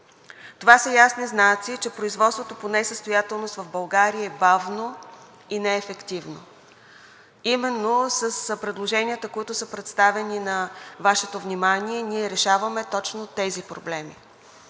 Това са ясни знаци, че производството по несъстоятелност в България е бавно и неефективно. Именно с предложенията, които са представени на Вашето внимание, ние решаваме точно тези проблеми